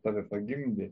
tave pagimdė